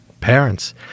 parents